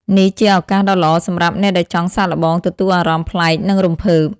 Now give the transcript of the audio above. នេះជាឱកាសដ៏ល្អសម្រាប់អ្នកដែលចង់សាកល្បងទទួលអារម្មណ៍ប្លែក និងរំភើប។